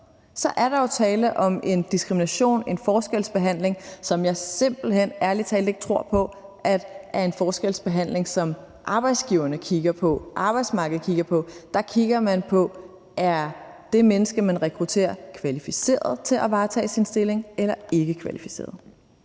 så er der jo tale om en diskrimination, en forskelsbehandling, som jeg simpelt hen ærlig talt ikke tror på er en forskelsbehandling, som arbejdsgiverne og arbejdsmarkedet laver. Der kigger man på, om det menneske, man rekrutterer, er kvalificeret til at varetage sin stilling eller ikke kvalificeret.